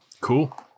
cool